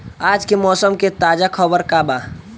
आज के मौसम के ताजा खबर का बा?